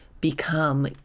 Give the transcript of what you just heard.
become